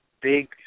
big